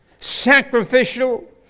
sacrificial